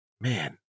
man